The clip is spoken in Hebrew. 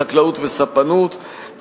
חקלאות וספנות,